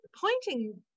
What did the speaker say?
pointing